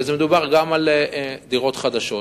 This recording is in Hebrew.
מדובר גם על דירות חדשות.